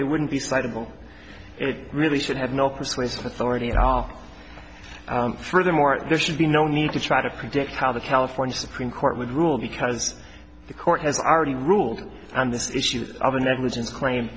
it wouldn't be cited will it really should have no persuasive authority at all furthermore there should be no need to try to predict how the california supreme court would rule because the court has already ruled on this issue of other negligence claim